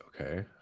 okay